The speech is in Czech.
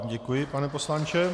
Děkuji vám, pane poslanče.